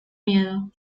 miedo